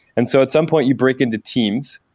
and so at some point you break into teams,